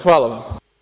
Hvala vam.